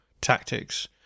tactics